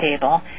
table